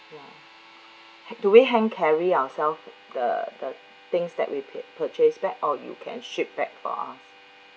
ya han~ do we hand carry ourselves the the things that we pur~ purchase back or you can ship back for us